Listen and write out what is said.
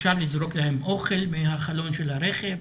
אפשר לזרוק להם אוכל מהחלון של הרכב,